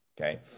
Okay